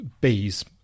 bees